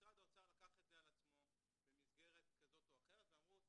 משרד האוצר לקח את זה על עצמו במסגרת כזאת או אחרת ואמרו,